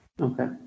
Okay